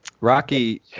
Rocky